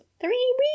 three